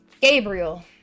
Gabriel